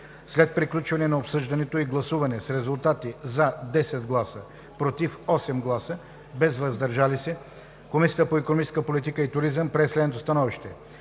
След приключване на обсъждането и гласуване с резултати – „за“ 10, „против“ 8, без „въздържал се“, Комисията по икономическа политика и туризъм прие следното становище: